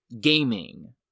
gaming